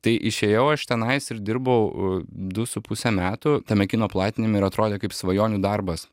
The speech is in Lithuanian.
tai išėjau aš tenais ir dirbau du su puse metų tame kino platinime ir atrodė kaip svajonių darbas